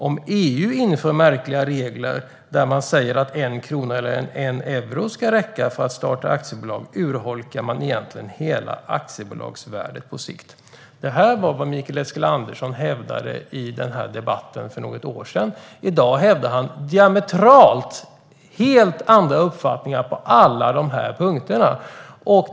- Om EU inför märkliga regler, där man säger att 1 krona eller 1 euro ska räcka för att starta aktiebolag, urholkar man egentligen hela aktiebolagsvärdet på sikt." Det här är vad Mikael Eskilandersson hävdade i debatten för något år sedan. I dag hävdar han diametralt, helt andra uppfattningar på alla punkterna.